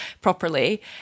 properly